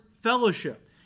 fellowship